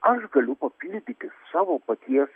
aš galiu papildyti savo paties